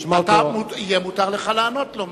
יהיה מותר לך לענות לו.